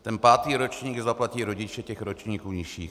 Ten pátý ročník zaplatí rodiče ročníků nižších.